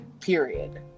Period